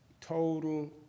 total